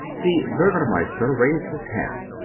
the burgomeister raised his hand.